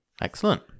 Excellent